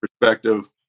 perspective